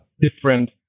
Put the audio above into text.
different